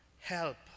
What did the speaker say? Help